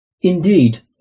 Indeed